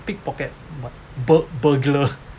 pickpocket what bur~ burglar